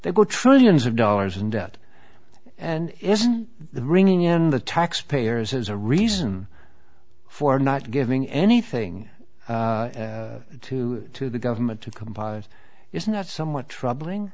that go trillions of dollars in debt and isn't the bringing in the taxpayers as a reason for not giving anything to to the government to compile is not somewhat troubling